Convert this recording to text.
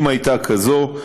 אם הייתה כזאת,